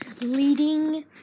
leading